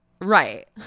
right